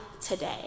today